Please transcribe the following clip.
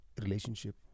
Relationship